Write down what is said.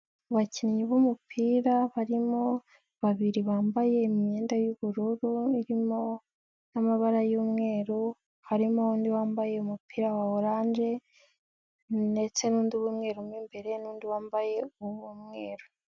Abakinnyi b'umupira barimo; babiri bambaye imyenda y'ubururu irimo n'amabara y'umweru, harimo undi wambaye umupira wa oranje ndetse n'undi w'umweru mo imbere n'undi wambaye uw'umweru.